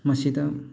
ꯃꯁꯤꯗ